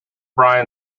bryan